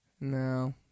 No